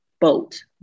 boat